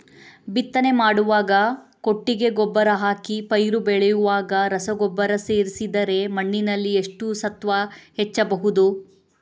ಬಿತ್ತನೆ ಮಾಡುವಾಗ ಕೊಟ್ಟಿಗೆ ಗೊಬ್ಬರ ಹಾಕಿ ಪೈರು ಬೆಳೆಯುವಾಗ ರಸಗೊಬ್ಬರ ಸೇರಿಸಿದರೆ ಮಣ್ಣಿನಲ್ಲಿ ಎಷ್ಟು ಸತ್ವ ಹೆಚ್ಚಬಹುದು?